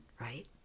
right